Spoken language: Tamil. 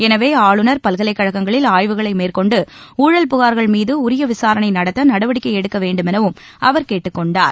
எனவே ஆளுநர் பல்கலைக்கழகங்களில் ஆய்வுகளை மேற்கொண்டு ஊழல் புகார்கள் மீது உரிய விசாரணை நடத்த நடவடிக்கை எடுக்க வேண்டும் எனவும் அவர் கேட்டுக் கொண்டார்